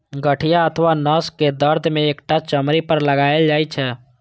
गठिया अथवा नसक दर्द मे एकरा चमड़ी पर लगाएल जाइ छै